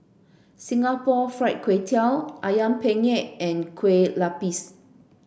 Singapore Fried Kway Tiao Ayam Penyet and Kueh Lupis